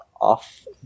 off